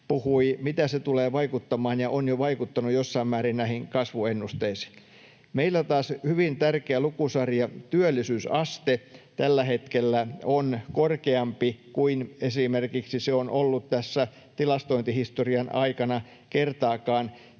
puhui, tulee vaikuttamaan ja on jo vaikuttanut jossain määrin näihin kasvuennusteisiin? Meillä taas hyvin tärkeä lukusarja, työllisyysaste, tällä hetkellä on korkeampi kuin se on ollut tilastointihistorian aikana kertaakaan.